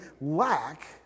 lack